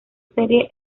serie